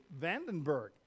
Vandenberg